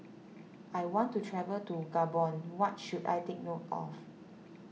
I want to travel to Gabon what should I take note of